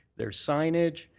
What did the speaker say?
there's signage.